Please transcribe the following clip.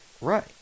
Right